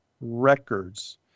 records